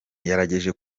yagerageje